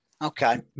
Okay